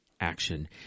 action